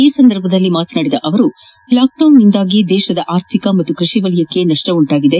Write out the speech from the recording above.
ಈ ಸಂದರ್ಭದಲ್ಲಿ ಮಾತನಾಡಿದ ಅವರು ಲಾಕ್ ಡೌನ್ನಿಂದಾಗಿ ದೇಶದ ಅರ್ಥಿಕ ಹಾಗೂ ಕೈಷಿ ವಲಯಕ್ಷೆ ನಷ್ಷ ಉಂಟಾಗಿದೆ